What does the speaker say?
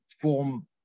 form